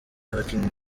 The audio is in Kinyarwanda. abakinnyi